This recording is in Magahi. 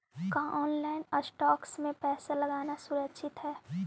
का ऑनलाइन स्टॉक्स में पैसा लगाना सुरक्षित हई